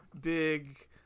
big